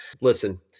Listen